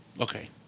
Okay